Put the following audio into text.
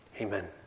amen